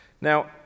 Now